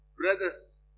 brothers